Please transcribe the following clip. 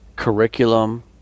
curriculum